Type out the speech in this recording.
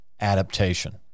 adaptation